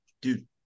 dude